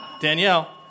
Danielle